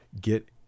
get